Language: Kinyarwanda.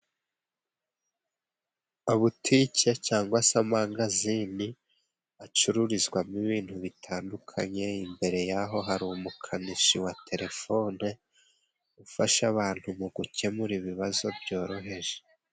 Butike cyangwa se amangazini acururizwamo ibintu bitandukanye, imbere yaho hari umukanishi wa telefone, ufasha abantu mu gukemura ibibazo byoroheje.